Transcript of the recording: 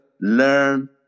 learn